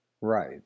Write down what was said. Right